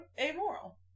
amoral